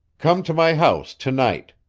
come to my house to-night.